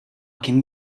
can